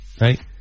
right